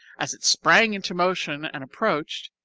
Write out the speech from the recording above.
as it sprang into motion and approached,